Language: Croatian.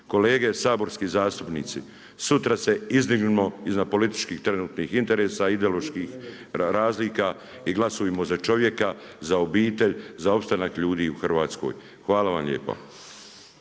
Kolege saborski zastupnici, sutra se izdignimo iznad političkih trenutnih interesa, ideoloških razlika i glasujmo za čovjeka, za obitelj, za opstanak ljudi u Hrvatskoj. Hvala vam lijepa.